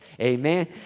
Amen